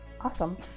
Awesome